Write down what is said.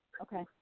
okay